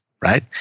right